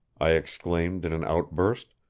i exclaimed in an outburst,